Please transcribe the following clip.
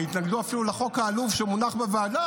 הרי החרדים התנגדו בפעם הקודמת אפילו לחוק העלוב שמונח בוועדה.